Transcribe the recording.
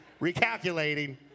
recalculating